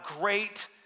great